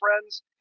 friends